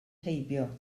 heibio